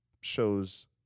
shows